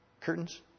curtains